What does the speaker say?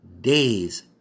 days